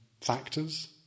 factors